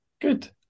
Good